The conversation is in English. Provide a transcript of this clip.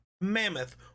mammoth